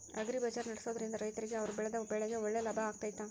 Agri bazaar ನಡೆಸ್ದೊರಿಂದ ರೈತರಿಗೆ ಅವರು ಬೆಳೆದ ಬೆಳೆಗೆ ಒಳ್ಳೆ ಲಾಭ ಆಗ್ತೈತಾ?